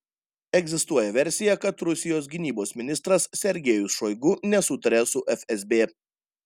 egzistuoja versija kad rusijos gynybos ministras sergejus šoigu nesutaria su fsb